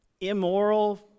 immoral